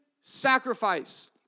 sacrifice